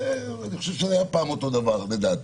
זה אני חושב שהיה פעם אותו דבר, לדעתי.